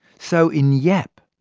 so in yap,